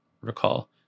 recall